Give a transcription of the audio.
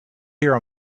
here